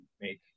make